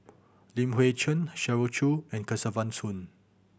Li Hui Cheng Shirley Chew and Kesavan Soon